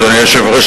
אדוני היושב-ראש,